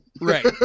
Right